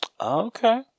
Okay